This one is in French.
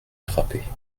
frappés